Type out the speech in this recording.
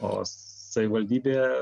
o savivaldybėje